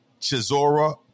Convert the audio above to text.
Chisora